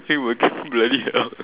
bloody hell